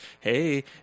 hey